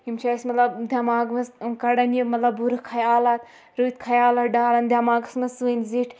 یِم چھِ اَسہِ مطلب دٮ۪ماغہٕ منٛز کَڑان یہِ مطلب بُرٕ خیالات رٕتۍ خیالات ڈالان دٮ۪ماغَس منٛز سٲنۍ زِٹھۍ